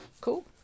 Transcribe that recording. Cool